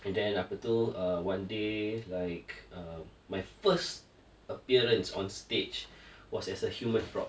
and then apa tu uh one day like uh my first appearance on stage was as a human prop